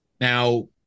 Now